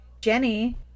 Jenny